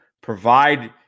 provide